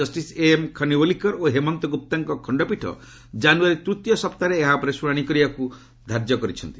justice MM Khanwilkar ଓ ହେମନ୍ତ ଗୁପ୍ତାଙ୍କ ଖଣ୍ଡପୀଠ ଜାନୁଆରୀ ତୂତୀୟ ସପ୍ତାହରେ ଏହା ଉପରେ ଶୁଶାଶି କରିବାକୁ ଧାର୍ଯ୍ୟ କରିଛନ୍ତି